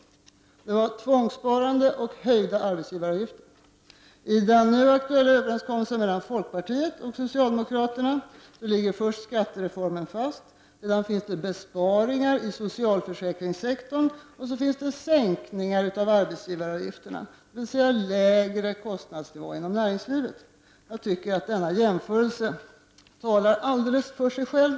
Men det väsentliga var tvångssparande och höjda arbetsgivaravgifter. Enligt den nu träffade överenskommelsen ligger först och främst skattereformen fast, och det görs besparingar inom socialförsäkringssektorn och sänkningar av arbetsgivaravgifterna, vilket leder till en lägre kostnadsnivå inom näringslivet. Jag tycker att denna jämförelse helt talar för sig själv.